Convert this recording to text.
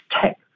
tech